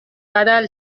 بدل